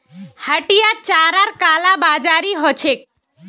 हटियात चारार कालाबाजारी ह छेक